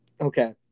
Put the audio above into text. Okay